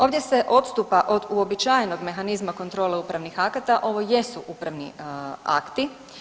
Ovdje se odstupa od uobičajenog mehanizma kontrole upravnih akata, ovo jesu upravni akti.